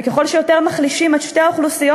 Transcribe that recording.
וככל שיותר מחלישים את שתי האוכלוסיות